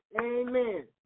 Amen